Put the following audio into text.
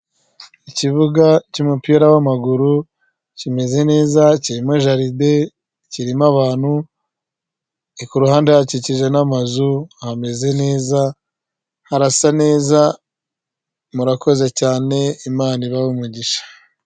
Ikibuga cy'umupira w'amaguru kimeze neza kirimo jaride kirimo abantu, ku ruhande hakikije n'amazu hameze neza, harasa neza, murakoze cyane Imana ibahe umugisha.